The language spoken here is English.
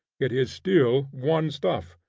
it is still one stuff,